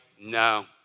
no